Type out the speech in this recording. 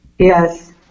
Yes